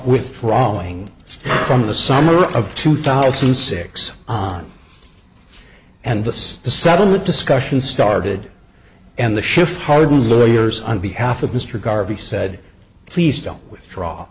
withdrawing from the summer of two thousand and six and the the settlement discussion started and the shift hardens lawyers on behalf of mr garvey said please don't withdraw